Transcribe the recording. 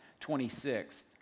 26th